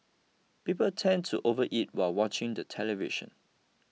people tend to overeat while watching the television